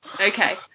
Okay